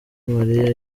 maria